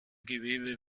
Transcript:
gewebe